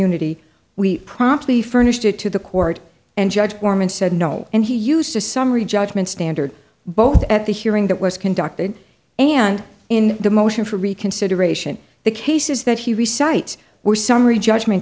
immunity we promptly furnished it to the court and judge bormann said no and he used a summary judgment standard both at the hearing that was conducted and in the motion for reconsideration the cases that he recites were summary judgment